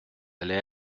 allez